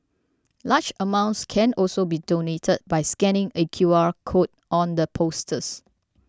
large amounts can also be donated by scanning a Q R code on the posters